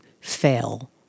fail